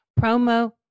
promo